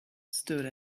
stood